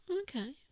Okay